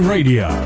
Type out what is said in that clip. Radio